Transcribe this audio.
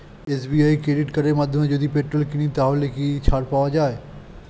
SBI credit কার্ডের মাধ্যমে যদি পেট্রোল কিনি তাহলে কি ছাড় পাওয়া যায়?